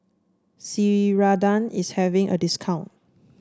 Ceradan is having a discount